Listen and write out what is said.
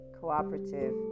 cooperative